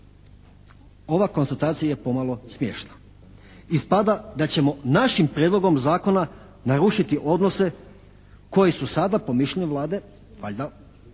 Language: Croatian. Ova konstatacija je pomalo smiješna. Ispada da ćemo našim prijedlogom zakona narušiti odnose koji su sada po mišljenju Vlade valjda dobri